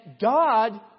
God